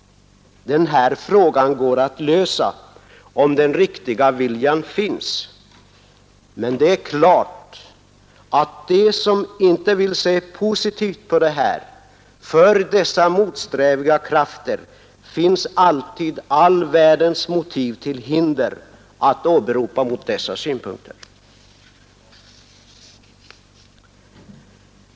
Den här frågan går att lösa om den riktiga viljan finns. Men det är klart att för de motsträviga krafter som inte vill se positivt på detta finns alltid all världens motiv till hinder att åberopa mot dessa synpunkter.